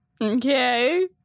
Okay